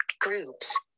Groups